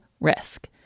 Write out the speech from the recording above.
risk